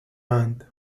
اند